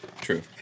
True